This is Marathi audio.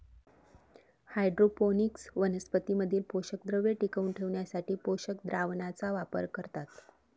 हायड्रोपोनिक्स वनस्पतीं मधील पोषकद्रव्ये टिकवून ठेवण्यासाठी पोषक द्रावणाचा वापर करतात